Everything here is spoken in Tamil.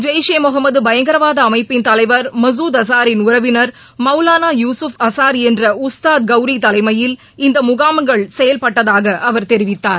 ஜெய்ஷ் ஈ முகமத்பயங்கரவாத அமைபபின் தலைவர் மசூத் அசாரின் உறவினர் மௌலாளா யூகுப் அசார் என்ற உஸ்தாத் கௌரி தலைமையில் இந்த முகாம்கள் செயல்பட்டதாக அவர் தெரிவித்தார்